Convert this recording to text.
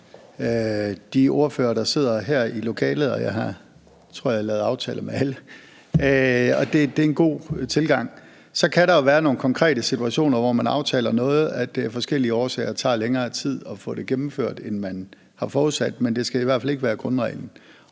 de ordførere, der sidder her i lokalet, og jeg har, tror jeg, lavet aftaler med alle. Og det er en god tilgang. Så kan der jo være nogle konkrete situationer, hvor man aftaler noget og det af forskellige årsager tager længere tid at få det gennemført, end man har forudsat, men det skal i hvert fald ikke været grundreglen.